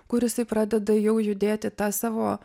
kur jisai pradeda jau judėti ta savo